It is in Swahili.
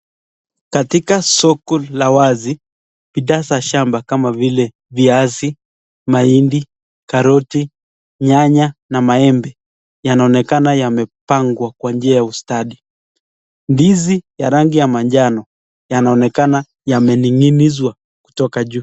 Katika soko la wasi bidhaa za shamba kama vile viazi , mahindi, karoti nyanya na maembe yanaoneka yamepangwa kwa njia ya ustadi, ndizi ya rangi ya machano yanaonekana yamemininiswa kutoka juu.